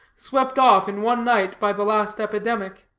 swept off in one night by the last epidemic.